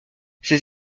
ses